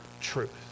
truth